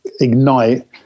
ignite